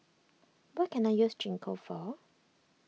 what can I use Gingko for